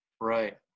Right